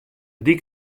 dyk